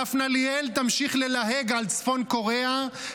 דפנה ליאל תמשיך ללהג על צפון קוריאה,